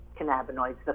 cannabinoids